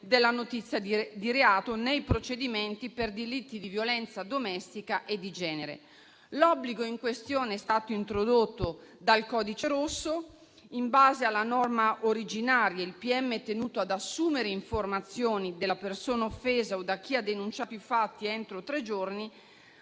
della notizia di reato nei procedimenti per delitti di violenza domestica e di genere. L'obbligo in questione è stato introdotto dal codice rosso. In base alla norma originaria, il pubblico ministero è tenuto ad assumere informazioni dalla persona offesa o da chi ha denunciato i fatti, entro tre giorni.